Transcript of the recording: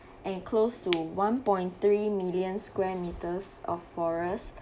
and close to one point three million square meters of forest